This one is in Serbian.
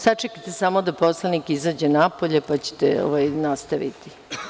Sačekajte samo da poslanik izađe napolje pa ćete nastaviti.